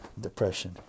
depression